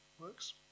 works